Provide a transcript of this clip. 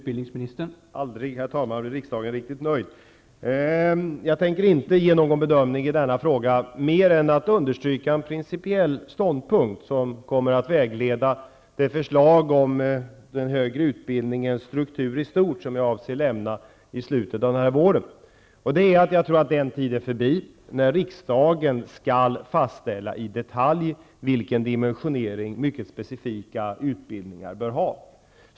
Herr talman! Aldrig blir riksdagen riktigt nöjd. Jag tänker inte ge någon bedömning i denna fråga, mer än att understryka en principiell ståndpunkt som kommer att vägleda det förslag om den högre utbildningens struktur i stort, som jag avser att lämna i slutet av denna vår. Jag tror att den tid är förbi när riksdagen skall fastställa i detalj vilken dimensionering specifika utbildningar bör ha.